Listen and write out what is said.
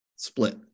Split